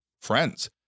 friends